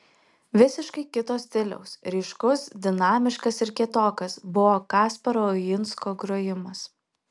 visiškai kito stiliaus ryškus dinamiškas ir kietokas buvo kasparo uinsko grojimas